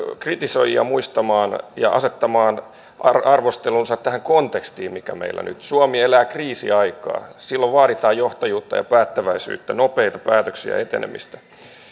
kritisoijia muistamaan ja asettamaan arvostelunsa tähän kontekstiin mikä meillä nyt on suomi elää kriisiaikaa silloin vaaditaan johtajuutta ja päättäväisyyttä nopeita päätöksiä ja etenemistä